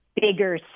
bigger